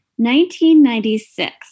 1996